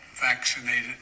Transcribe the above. vaccinated